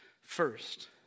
first